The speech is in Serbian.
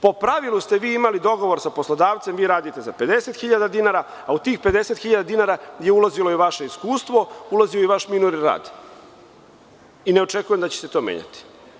Po pravilu ste vi imali dogovor sa poslodavcem, vi radite za 50.000 dinara, a u tih 50.000 dinara je ulazilo i vaše iskustvo, ulazio i vaš minuli rad i ne očekujem da će se to menjati.